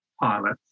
pilots